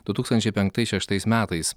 du tūkstančiai penktais šeštais metais